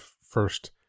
first